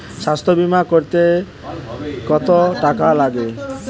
স্বাস্থ্যবীমা করতে কত টাকা লাগে?